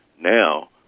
now